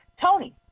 Tony